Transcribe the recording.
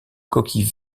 coquille